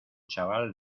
chaval